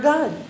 God